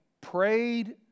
prayed